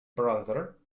brother